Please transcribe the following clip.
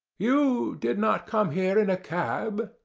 you did not come here in a cab?